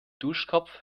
duschkopf